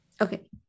Okay